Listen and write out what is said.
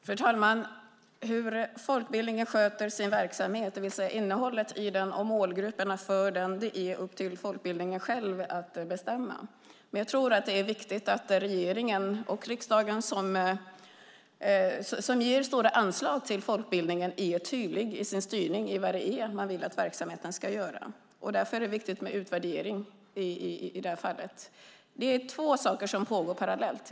Fru talman! Hur folkbildningen sköter sin verksamhet, det vill säga innehållet i den och målgrupperna för den, är upp till folkbildningen själv att bestämma. Det är viktigt att regeringen och riksdagen som ger stora anslag till folkbildningen är tydliga i sin styrning av vad verksamheten ska göra. Därför är det viktigt med utvärdering. Det är två utredningar som pågår parallellt.